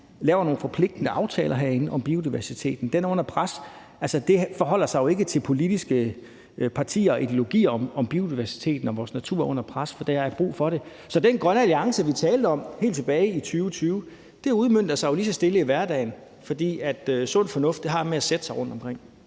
laver nogle forpligtende aftaler herinde om biodiversiteten, for den er under pres. Altså, det forholder sig jo ikke til politiske partier og ideologier, at biodiversiteten og vores natur er under pres, og der er brug for det. Så den grønne alliance, vi talte om helt tilbage i 2020, udmønter sig jo lige så stille i hverdagen, for sund fornuft har det med at sætte sig rundtomkring.